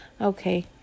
okay